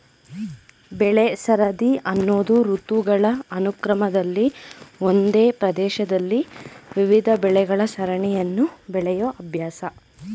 ಬೆಳೆಸರದಿ ಅನ್ನೋದು ಋತುಗಳ ಅನುಕ್ರಮದಲ್ಲಿ ಒಂದೇ ಪ್ರದೇಶದಲ್ಲಿ ವಿವಿಧ ಬೆಳೆಗಳ ಸರಣಿಯನ್ನು ಬೆಳೆಯೋ ಅಭ್ಯಾಸ